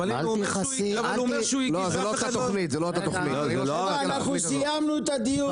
רבותיי, אנחנו סיימנו את הדיון.